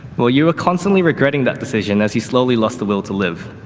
well you were constantly regretting that decision as you slowly lost the will to live.